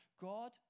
God